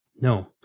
No